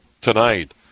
tonight